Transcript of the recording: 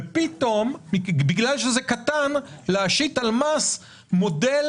ופתאום בגלל שזה קטן להשית על מס מודל